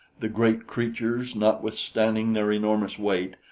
the great creatures, notwithstanding their enormous weight,